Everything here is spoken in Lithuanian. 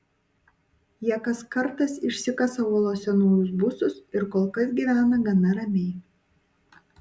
jie kas kartas išsikasa uolose naujus būstus ir kol kas gyvena gana ramiai